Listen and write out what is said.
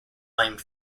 blamed